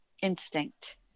instinct